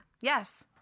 Yes